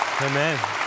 Amen